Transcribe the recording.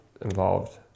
involved